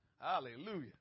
Hallelujah